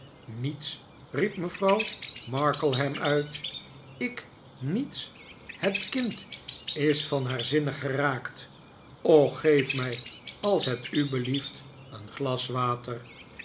niets riep mevrouw markleham uit ik niets het kind is van haar zinnen geraakt och geef mij als het u belieft een glas water